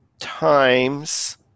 times